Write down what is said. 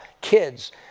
kids